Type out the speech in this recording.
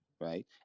right